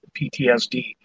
PTSD